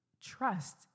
trust